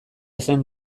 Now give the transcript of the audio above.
zen